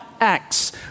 acts